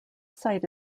site